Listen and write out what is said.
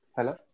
Hello